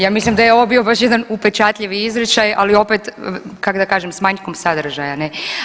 Ja mislim da je ovo bio jedan upečatljivi izričaj ali opet kak da kažem s manjkom sadržaja, ne.